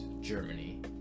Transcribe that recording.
Germany